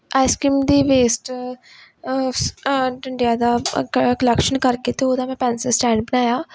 ice cream ਦੀ waste ਸ ਡੰਡਿਆਂ ਦਾ ਕ ਕਲੈਕਸ਼ਨ ਕਰਕੇ ਅਤੇ ਉਹਦਾ ਮੈਂ ਪੈਨਸਲ ਸਟੈਂਡ ਬਣਾਇਆ